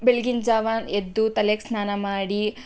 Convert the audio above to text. ಬೆಳ್ಗಿನ ಜಾವ ಎದ್ದು ತಲೆಗೆ ಸ್ನಾನ ಮಾಡಿ